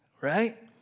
Right